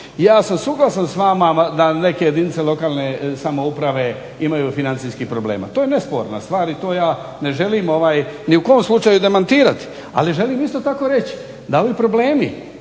ja sam suglasan sa vama da neke jedinice lokalne samouprave imaju financijskih problema. To je nesporna stvar i to ja ne želim ni u kom slučaju demantirati. Ali želim isto tako reći da ovi problemi